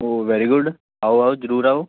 ਓ very good ਆਓ ਆਓ ਜ਼ਰੂਰ ਆਓ